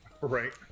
Right